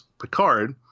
Picard